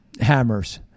hammers